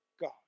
God